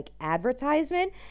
advertisement